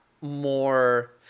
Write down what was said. more